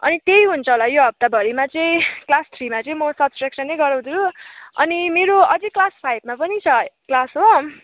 अनि त्यही हुन्छ होला यो हप्ताभरिमा चाहिँ क्लास थ्रीमा चाहिँ म सबट्रेक्सननै गराउँछु अनि मेरो अझै क्लास फाइभमा पनि छ क्लास हो